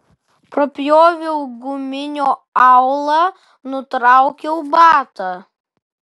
prapjoviau guminio aulą nutraukiau batą